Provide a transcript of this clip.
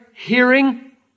Hearing